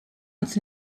uns